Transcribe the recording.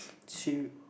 she